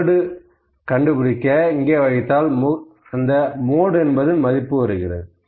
முகடு கண்டுபிடிக்க இங்கே வைத்தால் முகடு மதிப்பும் வருகிறது